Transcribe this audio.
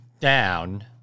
down